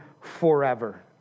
forever